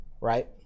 right